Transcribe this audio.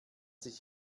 sich